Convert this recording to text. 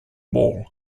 ball